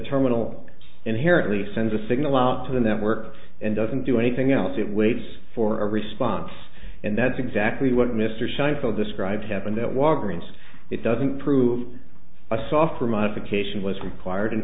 terminal inherently sends a signal out to the network and doesn't do anything else it waits for a response and that's exactly what mr seinfeld described happened at waterman's it doesn't prove a software modification was required in